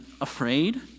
afraid